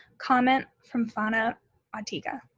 comment from fanua matagi.